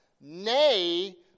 Nay